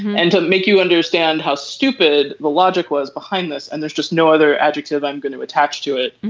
and to make you understand how stupid the logic was behind this and there's just no other adjective i'm going to attach to it.